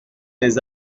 des